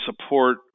support